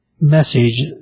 message